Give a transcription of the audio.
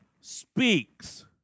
speaks